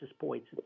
points